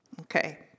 okay